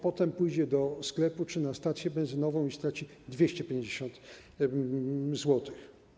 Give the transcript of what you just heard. Potem pójdzie do sklepu czy na stację benzynową i straci 250 zł.